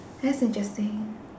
that's interesting